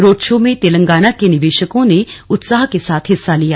road show में तेलंगाना के निवेशकों ने उत्साह के साथ हिस्सा लिया